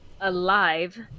alive